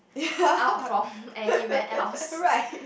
out from anywhere else